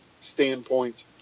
standpoint